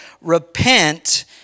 repent